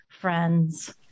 friends